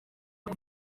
aho